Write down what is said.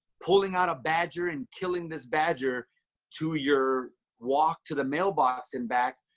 pulling out a badger and killing this badger to your walk to the mailbox and back,